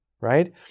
right